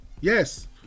yes